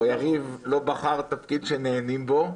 או יריב לא בחר תפקיד שנהנים בו,